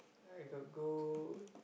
I got go